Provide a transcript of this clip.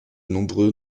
nombreux